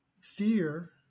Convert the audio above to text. fear